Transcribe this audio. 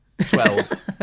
twelve